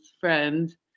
friend